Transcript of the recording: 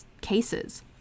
cases